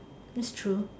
that's true